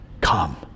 Come